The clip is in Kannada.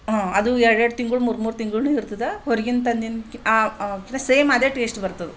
ಹಾಂ ಅದು ಎರಡೆರಡು ತಿಂಗಳು ಮೂರು ಮೂರು ತಿಂಗಳು ಇರ್ತದೆ ಹೊರ್ಗಿಂದ್ ತಂದಿದ್ ಹಾಂ ಸೇಮ್ ಅದೇ ಟೇಸ್ಟ್ ಬರ್ತದೆ